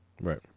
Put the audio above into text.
Right